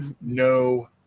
No